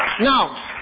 Now